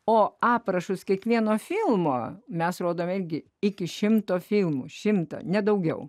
o aprašus kiekvieno filmo mes rodome gi iki šimto filmų šimtą nedaugiau